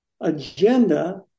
agenda